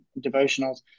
devotionals